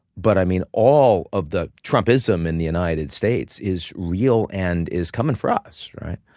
but, i mean, all of the trumpism in the united states is real and is coming for us, right?